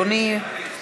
אדוני.